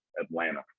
Atlanta